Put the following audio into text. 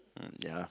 mm ya